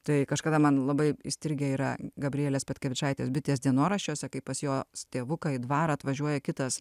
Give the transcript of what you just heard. tai kažkada man labai įstrigę yra gabrielės petkevičaitės bitės dienoraščiuose kaip pas jo tėvuką į dvarą atvažiuoja kitas